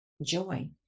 joy